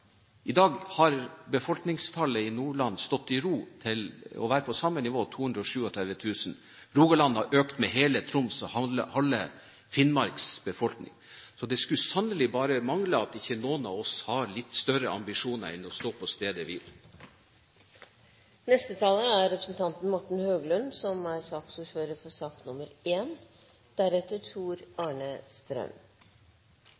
I dag har befolkningstallet i Nordland stått i ro – vært på samme nivå – på 237 000. Rogaland har økt med tilsvarende hele Troms’ og halve Finnmarks befolkning. Så det skulle sannelig bare mangle at ikke noen av oss har litt større ambisjoner enn at det skal stå på stedet hvil. Bare for å klargjøre Fremskrittspartiets, og mitt, synspunkt på meldingen: Som